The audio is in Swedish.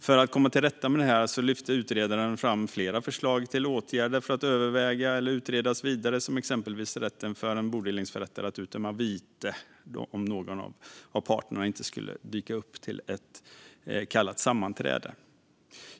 För att komma till rätta med detta lyfte utredaren fram flera förslag till åtgärder att överväga eller att utredas vidare, exempelvis en rättighet för en bodelningsförrättare att utdöma vite om någon av parterna inte skulle dyka upp till ett kallat sammanträde.